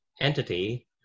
entity